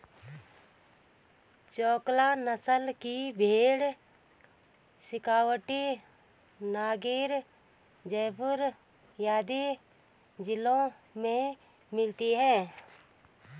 चोकला नस्ल की भेंड़ शेखावटी, नागैर, जयपुर आदि जिलों में मिलती हैं